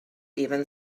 even